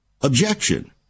objection